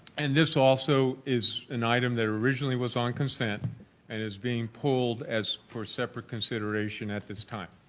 and this also is an item that originally was on consent and it's being pulled as for separate consideration at this time,